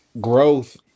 growth